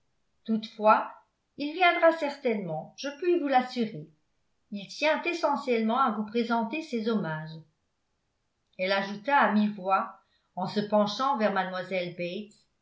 toutefois il viendra certainement je puis vous l'assurer il tient essentiellement à vous présenter ses hommages elle ajouta à mi-voix en se penchant vers